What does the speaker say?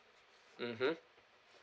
mmhmm